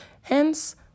Hence